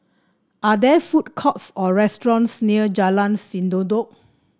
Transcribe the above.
are there food courts or restaurants near Jalan Sendudok